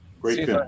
great